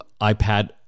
ipad